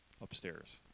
Upstairs